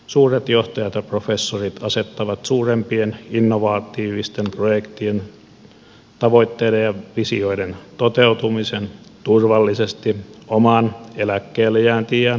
suuret johtajat ja professorit asettavat suurempien innovatiivisten projektien tavoitteiden ja visioiden toteutumisen turvallisesti oman eläkkeellejäänti iän jälkeiseen aikaan